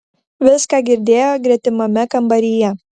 viską girdėjo gretimame kambaryje